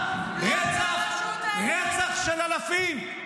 רצח של אלפים,